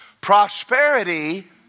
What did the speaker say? Prosperity